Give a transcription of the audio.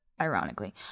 ironically